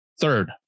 Third